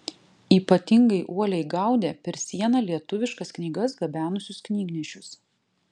ypatingai uoliai gaudė per sieną lietuviškas knygas gabenusius knygnešius